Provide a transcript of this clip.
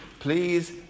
Please